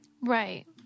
right